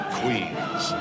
queens